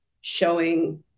showing